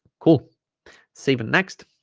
cool save it next